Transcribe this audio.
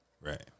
Right